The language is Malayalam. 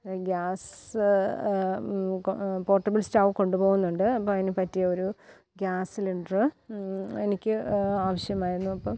ഗ്യാസ് പോർട്ടബിൾ സ്റ്റവ് കൊണ്ടുപോകുന്നുണ്ട് അപ്പോൾ അതിന് പറ്റിയൊരു ഗ്യാസ് സിലിണ്ടറ് എനിക്ക് ആവശ്യമായിരുന്നു അപ്പം